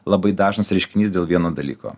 labai dažnas reiškinys dėl vieno dalyko